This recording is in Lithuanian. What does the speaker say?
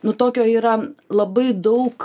nu tokio yra labai daug